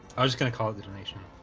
i'm just gonna call it the donation.